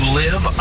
live